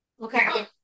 Okay